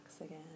again